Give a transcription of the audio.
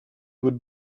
would